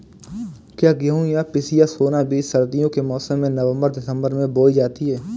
क्या गेहूँ या पिसिया सोना बीज सर्दियों के मौसम में नवम्बर दिसम्बर में बोई जाती है?